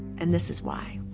and this is why.